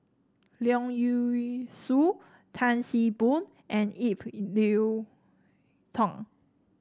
Leong Yee Soo Tan See Boo and Ip Yiu Tung